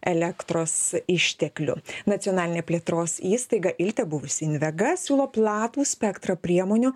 elektros išteklių nacionalinė plėtros įstaiga iltė buvusi invega siūlo platų spektrą priemonių